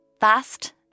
fast